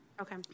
Okay